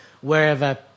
wherever